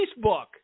Facebook